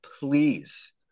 Please